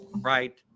right